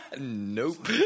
Nope